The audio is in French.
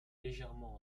légèrement